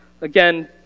Again